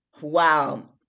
Wow